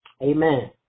Amen